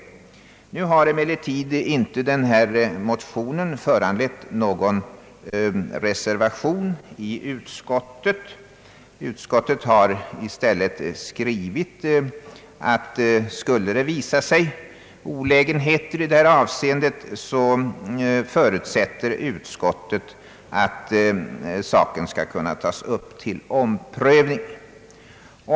Nu har emellertid inte denna motion föranlett någon reservation i utskottet. Utskottet har i stället skrivit att om olägenheter i det här avseendet skulle uppstå, skall frågan kunna tas upp till ny prövning.